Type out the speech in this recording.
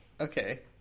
Okay